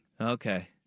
Okay